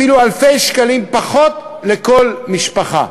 אפילו אלפי שקלים פחות לכל משפחה.